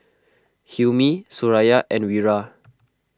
Hilmi Suraya and Wira